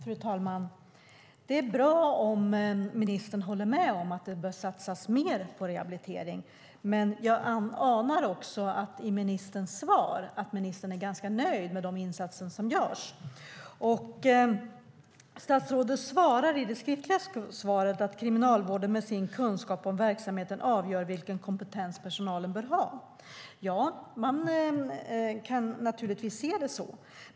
Fru talman! Det är bra om ministern håller med om att det bör satsas mer på rehabilitering, men jag anar också av ministerns svar att hon är ganska nöjd med de insatser som görs. Statsrådet skriver i det skriftliga svaret att det är Kriminalvården som med sin kunskap om verksamheten avgör vilken kompetens personalen bör ha. Ja, man kan naturligtvis se det så.